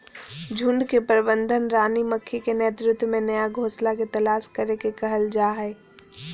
झुंड के प्रबंधन रानी मक्खी के नेतृत्व में नया घोंसला के तलाश करे के कहल जा हई